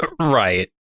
Right